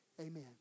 amen